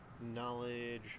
knowledge